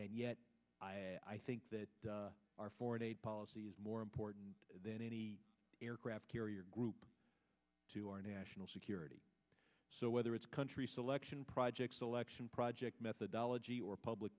and yet i think that our foreign policy is more important than any aircraft carrier group to our national security so whether it's country selection projects selection project methodology or public